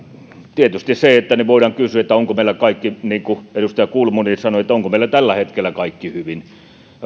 tietysti voidaan kysyä niin kuin edustaja kulmuni sanoi onko meillä tällä hetkellä kaikki hyvin